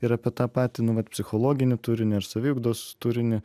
ir apie tą patį nu vat psichologinį turinį ar saviugdos turinį